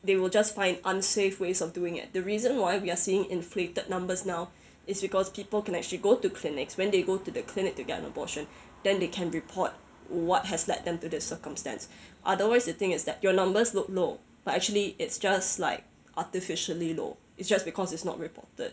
they will just fine unsafe ways of doing it the reason why we are seeing inflated numbers now is because people can actually go to clinics when they go to the clinic to get an abortion then they can report what has led them to the circumstance otherwise the thing is that your numbers look low but actually it's just like artificially low it's just because it's not reported